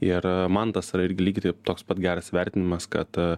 ir man tas yra irgi lygiai tai toks pat geras vertinimas kad